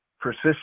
persist